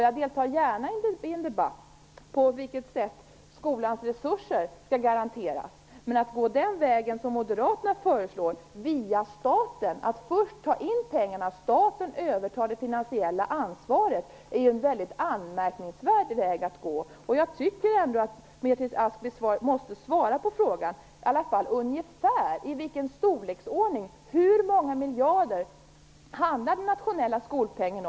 Jag deltar gärna i en debatt om på vilket sätt skolans resurser skall garanteras, men att som Moderaterna föreslår gå vägen via staten, att först ta in pengarna och låta staten överta det finansiella ansvaret, är något mycket anmärkningsvärt. Beatrice Ask måste svara på frågan och i alla fall tala om ungefär hur många miljarder det handlar om i fråga om den nationella skolpengen.